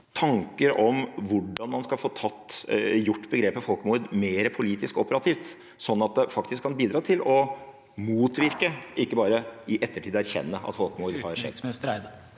tanker om hvordan man skal få gjort begrepet «folkemord» mer politisk operativt, sånn at det faktisk kan bidra til å motvirke og ikke bare i ettertid erkjenne at folkemord har skjedd?